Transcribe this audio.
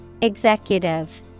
Executive